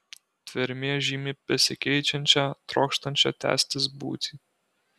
tvermė žymi besikeičiančią trokštančią tęstis būtį